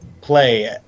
play